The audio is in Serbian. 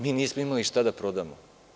Mi nismo imali šta da prodamo.